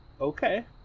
Okay